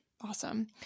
awesome